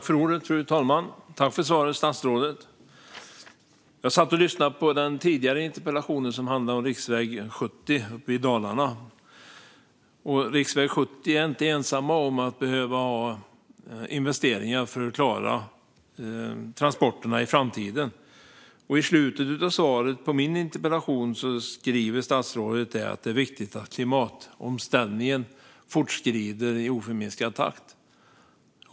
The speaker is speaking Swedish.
Fru talman! Tack för svaret, statsrådet! Jag satt och lyssnade på den förra interpellationsdebatten, som handlade om riksväg 70 i Dalarna. Riksväg 70 är inte den enda vägen som behöver investeringar för att klara transporterna i framtiden. I slutet av svaret på min interpellation säger statsrådet att det är viktigt att klimatomställningen fortsätter i oförminskad takt.